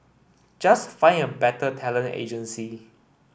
just find a better talent agency